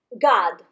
God